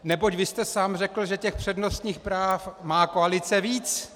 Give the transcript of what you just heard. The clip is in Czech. Neboť vy jste sám řekl, že těch přednostních práv má koalice víc.